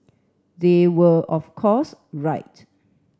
they were of course right